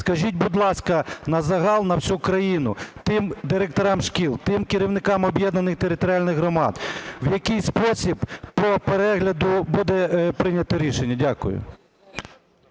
Скажіть, будь ласка, на загал, на всю країну, тим директорам шкіл, тим керівникам об'єднаних територіальних громад, в який спосіб по перегляду буде прийнято рішення. Дякую.